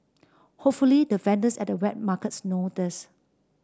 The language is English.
hopefully the vendors at the wet markets know this